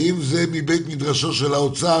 האם זה מבית מדרשו של האוצר,